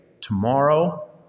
tomorrow